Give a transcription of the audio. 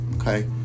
okay